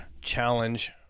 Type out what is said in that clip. challenge